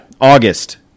August